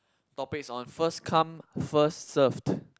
topics on first come first served